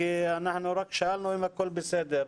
כי אנחנו רק שאלנו אם הכול בסדר,